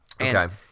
Okay